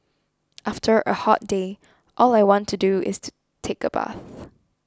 after a hot day all I want to do is take a bath